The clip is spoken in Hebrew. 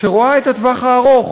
שרואה את הטווח הארוך